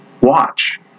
watch